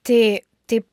tai taip